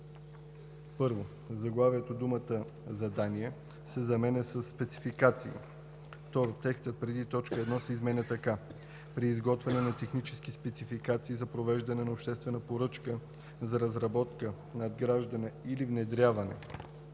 1. В заглавието думата „задания“ се заменя със „спецификации“. 2. Текстът преди т. 1 се изменя така: „При изготвяне на технически спецификации за провеждане на обществени поръчки за разработка, надграждане или внедряване